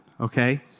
okay